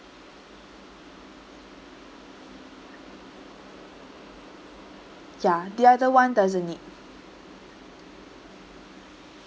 ya the other one doesn't need